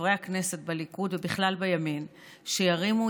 חברי הכנסת בליכוד ובכלל בימין שירימו